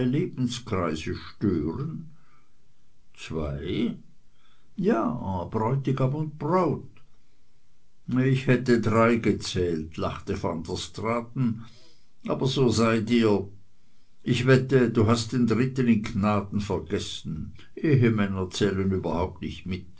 lebenskreise stören zwei ja bräutigam und braut ich hätte drei gezählt lachte van der straaten aber so seid ihr ich wette du hast den dritten in gnaden vergessen ehemänner zählen überhaupt nicht mit